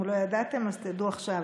אם לא ידעתם, אז תדעו עכשיו.